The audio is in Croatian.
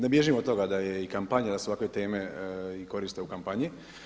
Ne bježim od toga da je i kampanja, da se ovakve teme i koriste u kampanji.